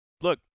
look